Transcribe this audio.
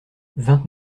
vingt